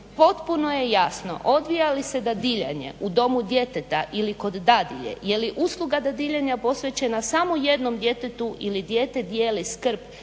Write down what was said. potpuno je jasno odvija li se dadiljanje u domu djeteta ili kod dadilje je li usluga dadiljanja posvećena samo jednom djetetu ili dijete dijele skrb